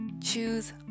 Choose